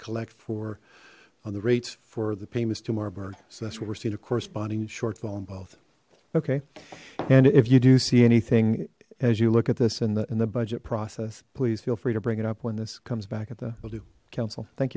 collect for on the rates for the payments to marburg so that's what we're seeing a corresponding shortfall in both okay and if you do see anything as you look at this in the in the budget process please feel free to bring it up when this comes back at the i'll do council thank